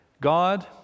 God